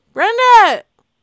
Brenda